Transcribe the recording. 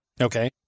Okay